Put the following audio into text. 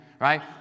right